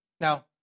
Now